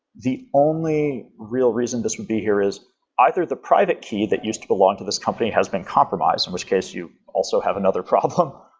the only real reason this would be here is either the private key that used to belong to this company has been compromised, in which case you also have another problem.